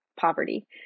poverty